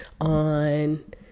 on